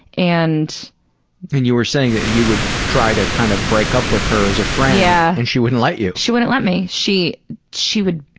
and and you were saying that you would try to kind of break up with her as a friend giulia yeah. and she wouldn't let you. she wouldn't let me. she she would,